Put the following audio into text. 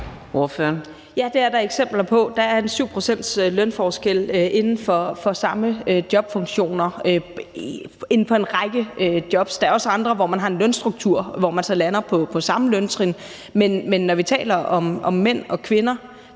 (S): Ja, det er der eksempler på. Der er 7 pct. lønforskel inden for samme jobfunktioner i en række jobs. Der er også andre, hvor man har en lønstruktur, hvor man lander på samme løntrin. Men når vi taler om mænd og kvinder,